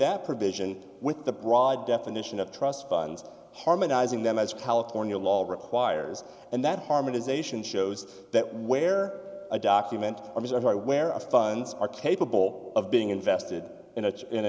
that provision with the broad definition of trust funds harmonizing them as california law requires and that harmonization shows that where a document or reserve are aware of funds are capable of being invested in a in a